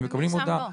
הם מקבלים הודעה.